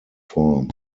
form